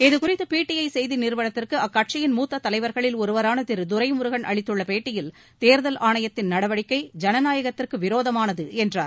இதுகுறித்து பிடிஐ செய்தி நிறுவனத்திற்கு அக்கட்சியின் மூத்த தலைவர்களில் ஒருவரான திரு துரைமுருகன் அளித்துள்ள பேட்டியில் தேர்தல் ஆணையத்தின் நடவடிக்கை ஜனநாயகத்திற்கு விரோதமானது என்றார்